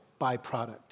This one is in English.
byproduct